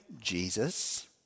Jesus